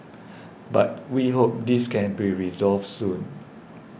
but we hope this can be resolved soon